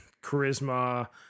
charisma